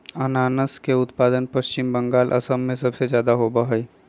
अनानस के उत्पादन पश्चिम बंगाल, असम में सबसे ज्यादा होबा हई